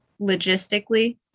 logistically